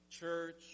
church